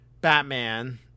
Batman